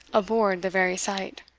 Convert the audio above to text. abhorred the very sight